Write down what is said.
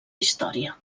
història